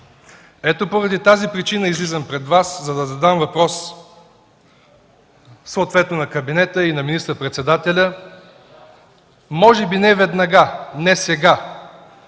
нас. Поради тази причина излизам пред Вас, за да задам въпрос, съответно на кабинета и на министър-председателя. Може би не веднага, не сега,